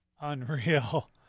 Unreal